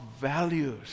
values